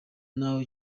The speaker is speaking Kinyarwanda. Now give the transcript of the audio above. n’aho